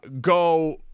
go